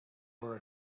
were